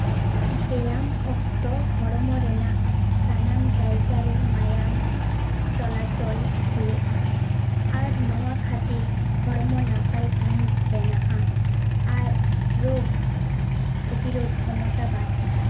ᱵᱮᱭᱟᱢ ᱚᱠᱛᱚ ᱦᱚᱲᱢᱚ ᱨᱮᱱᱟᱜ ᱥᱟᱱᱟᱢ ᱡᱟᱭᱜᱟ ᱨᱮ ᱢᱟᱭᱟᱢ ᱪᱚᱞᱟᱪᱚᱞ ᱦᱩᱭᱩᱜᱼᱟ ᱟᱨ ᱱᱚᱣᱟ ᱠᱷᱟᱹᱛᱤᱨ ᱦᱚᱲᱢᱚ ᱱᱟᱯᱟᱭ ᱥᱟᱺᱦᱤᱡ ᱵᱮᱱᱟᱜᱼᱟ ᱟᱨ ᱨᱳᱜᱽ ᱯᱨᱚᱛᱤᱨᱳᱫᱷ ᱠᱷᱚᱢᱚᱛᱟ ᱵᱟᱹᱲᱛᱤᱜᱼᱟ